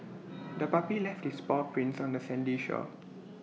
the puppy left its paw prints on the sandy shore